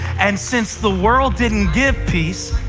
and since the world didn't give peace,